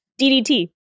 DDT